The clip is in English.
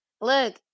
Look